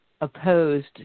opposed